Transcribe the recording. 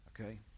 okay